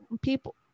people